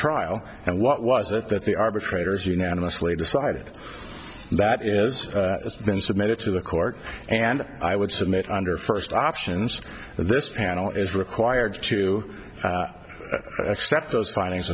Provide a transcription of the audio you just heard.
trial and what was it that the arbitrators unanimously decided that is has been submitted to the court and i would submit under first options this panel is required to accept those findings